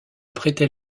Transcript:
prêtait